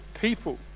people